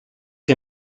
que